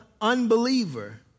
unbeliever